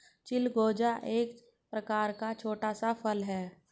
चिलगोजा एक प्रकार का छोटा सा फल है